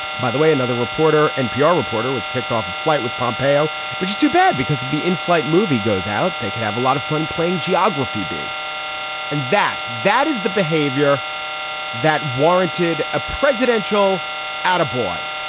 by the way, another reporter, npr reporter, was kicked off a flight with pompeo, which is too bad because of the in-flight movie goes out. they can have a lot of fun playing geography bee and that that is the behavior that warranted a presidential ad. a boy,